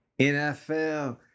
NFL